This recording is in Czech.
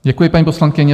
Děkuji, paní poslankyně.